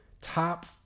top